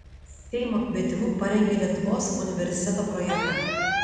seimo kvietimu parengė lietuvos universiteto projektą